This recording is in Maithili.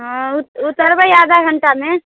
हँ उतरबै आधा घण्टामे